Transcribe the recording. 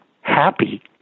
happy